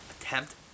attempt